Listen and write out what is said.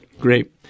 Great